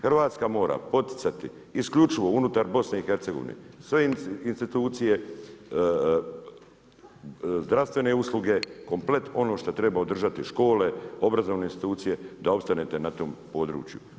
Hrvatska mora poticati isključivo unutar BiH sve institucije, zdravstvene usluge, komplet ono što treba održati škole, obrazovne institucije da opstanete na tom području.